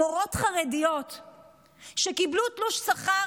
מורות חרדיות שקיבלו תלוש שכר